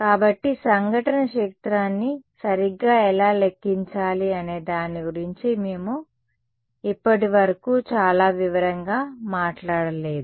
కాబట్టి సంఘటన క్షేత్రాన్ని సరిగ్గా ఎలా లెక్కించాలి అనే దాని గురించి మేము ఇప్పటివరకు చాలా వివరంగా మాట్లాడలేదు